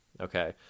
okay